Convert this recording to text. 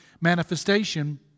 manifestation